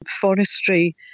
forestry